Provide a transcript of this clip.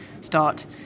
start